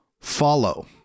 follow